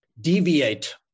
deviate